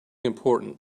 important